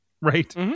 right